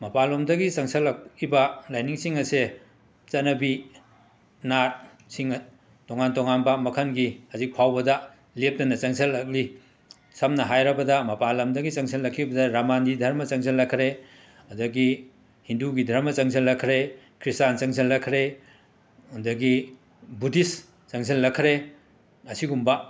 ꯃꯄꯥꯟꯂꯣꯝꯗꯒꯤ ꯆꯪꯁꯜꯂꯛꯏꯕ ꯂꯥꯏꯅꯤꯡꯁꯤꯡ ꯑꯁꯦ ꯆꯠꯅꯕꯤ ꯅꯥꯠ ꯁꯤꯡ ꯇꯣꯉꯥꯟ ꯇꯣꯉꯥꯟꯕ ꯃꯈꯟꯒꯤ ꯍꯧꯖꯤꯛ ꯐꯥꯎꯕꯗ ꯂꯦꯞꯇꯅ ꯆꯪꯁꯜꯂꯛꯂꯤ ꯁꯝꯅ ꯍꯥꯏꯔꯕꯗ ꯃꯄꯥꯟ ꯂꯝꯗꯒꯤ ꯆꯪꯁꯜꯂꯛꯈꯤꯕꯗ ꯔꯥꯃꯥꯟꯒꯤ ꯙꯔꯃ ꯆꯪꯖꯜꯂꯛꯈ꯭ꯔꯦ ꯑꯗꯒꯤ ꯍꯤꯟꯗꯨꯒꯤ ꯙꯔꯃ ꯆꯪꯖꯜꯂꯛꯈ꯭ꯔꯦ ꯈ꯭ꯔꯤꯁꯇꯥꯟ ꯆꯪꯖꯜꯂꯛꯈ꯭ꯔꯦ ꯑꯗꯒꯤ ꯕꯨꯗꯤꯁ ꯆꯪꯖꯜꯂꯛꯈ꯭ꯔꯦ ꯑꯁꯤꯒꯨꯝꯕ